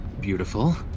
Beautiful